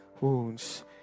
wounds